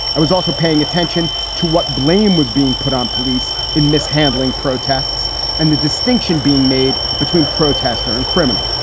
i was also paying attention to what blame was being put on police in mishandling protests and the distinction being made between protester and criminal.